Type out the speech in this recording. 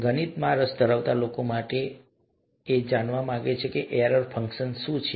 ગણિતમાં રસ ધરાવતા લોકો માટે તમે એ જાણવા માગો છો કે એરર ફંક્શન શું છે